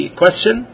question